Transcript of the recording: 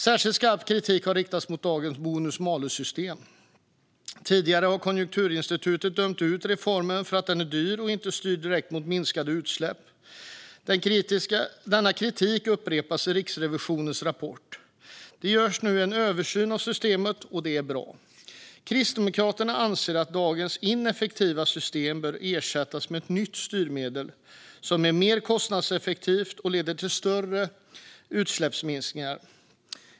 Särskilt skarp kritik har riktats mot dagens bonus-malus-system. Tidigare har Konjunkturinstitutet dömt ut reformen för att den är dyr och inte styr direkt i riktning mot minskade utsläpp. Denna kritik upprepas i Riksrevisionens rapport. Det görs nu en översyn av systemet, och det är bra. Kristdemokraterna anser att dagens ineffektiva system bör ersättas med ett nytt styrmedel som är mer kostnadseffektivt och leder till större utsläppsminskningar.